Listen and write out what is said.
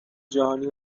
جهانی